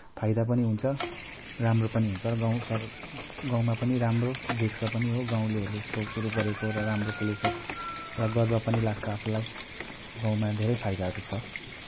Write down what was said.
फाइदा पनि हुन्छ राम्रो पनि हुन्छ र गाउँ सहर गाउँमा पनि राम्रो देख्छ पनि हो गाउँलेहरूले यस्तो कुरो गरेको र राम्रो खेलेछ र गर्व पनि लाग्छ आफूलाई गाउँमा धेरै फाइदाहरू छ